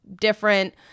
different